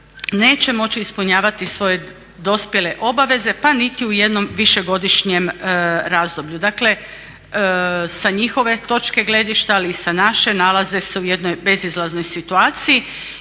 neće moći ispunjavati svoje dospjele obaveze pa niti u jednom višegodišnjem razdoblju. Dakle sa njihove točke gledišta ali i sa naše nalaze se u jednom bezizlaznoj situaciji